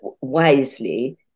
wisely